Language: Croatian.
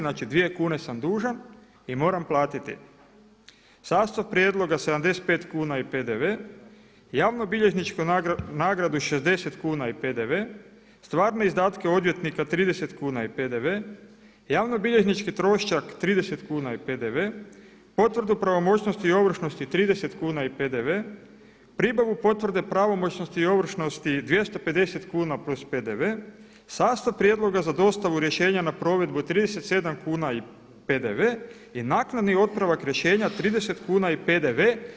Znači 2 kune sam dužan i moram platiti sastav prijedloga 75 kuna i PDV, javnobilježničku nagradu 60 kuna i PDV, stvarne izdatke odvjetnika 30 kuna i PDV, javnobilježnički trošak 30 kuna i PDV, potvrdu o pravomoćnosti i ovršnosti 30 kuna i PDV, pribavu potvrde pravomoćnosti i ovršnosti 250 kuna + PDV, sastav prijedloga za dostavu rješenja na provedbu 37 kuna i PDV i naknadni otpravak rješenja 30 kuna i PDV.